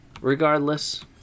regardless